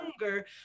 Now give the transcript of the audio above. hunger